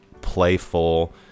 playful